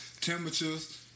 Temperatures